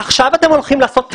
עכשיו אתם הולכים לעשות טריפה,